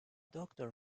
doctor